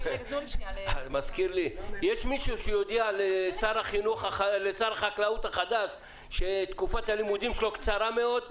יש מישהו שיודיע לשר החקלאות החדש שתקופת הלימודים שלו קצרה מאוד,